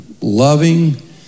loving